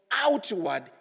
outward